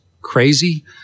crazy